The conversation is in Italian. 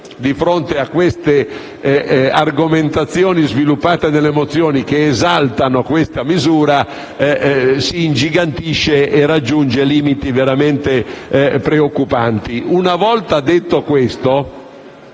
di fronte alle argomentazioni sviluppate nelle mozioni che esaltano questa misura, si ingigantisce e raggiunge limiti veramente preoccupanti. Una volta detto questo,